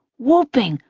whooping,